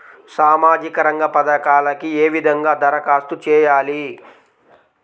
సామాజిక రంగ పథకాలకీ ఏ విధంగా ధరఖాస్తు చేయాలి?